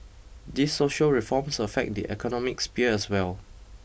these social reforms affect the economic sphere as well